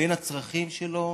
בין הצרכים שלו